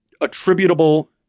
attributable